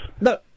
No